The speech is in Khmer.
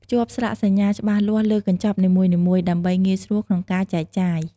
ភ្ជាប់ស្លាកសញ្ញាច្បាស់លាស់លើកញ្ចប់នីមួយៗ ដើម្បីងាយស្រួលក្នុងការចែកចាយ។